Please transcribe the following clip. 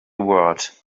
word